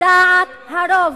דעת הרוב.